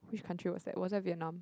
which country was that was that Vietnam